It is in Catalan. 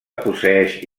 posseeix